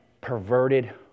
perverted